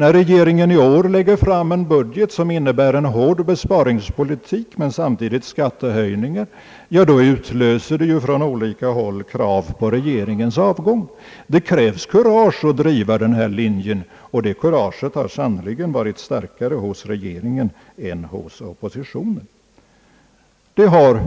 När regeringen i år lägger fram en budget som innebär en hård besparingspolitik men samtidigt skattehöjningar utlöser det från olika håll krav på regeringens avgång. Det krävs kurage för att driva denna linje, och detta kurage har sannerligen varit starkare hos regeringen än hos oppositionen. Utvecklingen